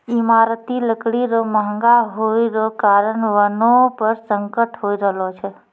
ईमारती लकड़ी रो महगा होय रो कारण वनो पर संकट होय रहलो छै